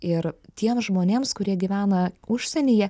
ir tiems žmonėms kurie gyvena užsienyje